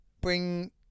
Bring